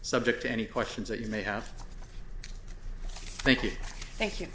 subject any questions that you may have thank you thank you